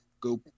go